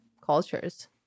cultures